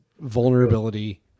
vulnerability